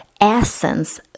essence